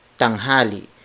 Tanghali